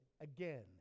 again